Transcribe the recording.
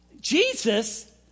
Jesus